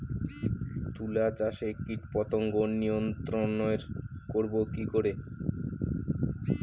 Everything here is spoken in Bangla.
তুলা চাষে কীটপতঙ্গ নিয়ন্ত্রণর করব কি করে?